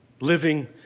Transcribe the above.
living